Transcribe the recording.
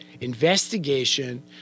investigation